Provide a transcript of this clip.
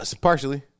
Partially